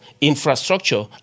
infrastructure